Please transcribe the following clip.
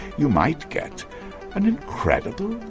you might get an incredible,